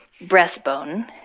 breastbone